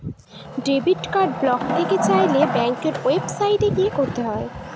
debit card block করতে চাইলে ব্যাঙ্কের ওয়েবসাইটে গিয়ে করতে হবে